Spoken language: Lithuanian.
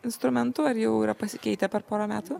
instrumentų ar jau yra pasikeitę per pora metų